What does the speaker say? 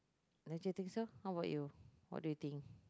don't you think so how about you what do you think